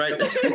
right